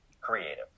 creative